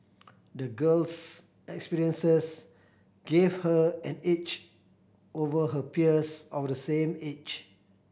the girl's experiences gave her an edge over her peers of the same age